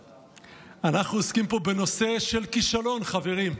אנחנו עוסקים פה בנושא של כישלון, חברים.